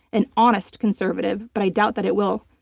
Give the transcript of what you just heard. an honest conservative, but i doubt that it will.